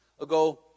ago